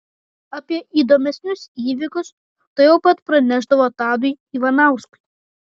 apie įdomesnius įvykius tuojau pat pranešdavo tadui ivanauskui